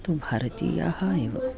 तु भारतीयाः एव